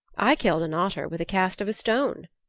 i killed an otter with a cast of a stone,